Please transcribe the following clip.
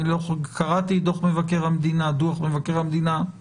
קראתי את דוח מבקר המדינה וצריך לומר,